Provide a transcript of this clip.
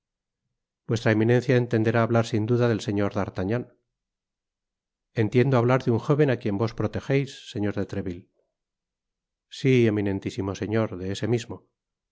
vuestra eminencia entenderá hablar sin duda del señor d'artagnan entiendo hablar de un jóven á quien vos protejeis señor de treville si eminentisimo señor de ese mismo